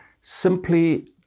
simply